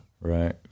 Right